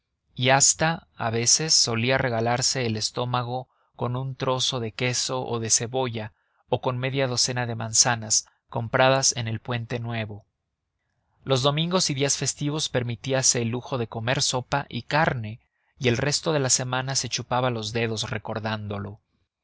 y hasta a veces solía regalarse el estómago con un trozo de queso o de cebolla o con media docena de manzanas compradas en el puente nuevo los domingos y días festivos permitíase el lujo de comer sopa y carne y el resto de la semana se chupaba los dedos recordándolo